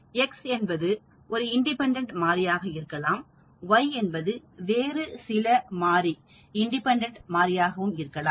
X என்பது ஒரு independent மாறியாக இருக்கலாம் Y என்பது வேறு சில மாறி இண்டிபெண்டன்ட் மாதிரியாக இருக்கலாம்